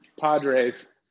Padres